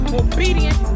obedient